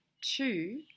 Two